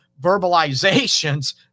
verbalizations